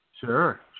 Sure